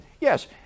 Yes